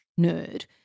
nerd